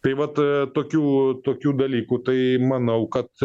tai vat tokių tokių dalykų tai manau kad